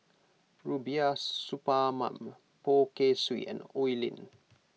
Rubiah Suparman Poh Kay Swee and Oi Lin